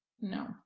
no